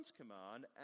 command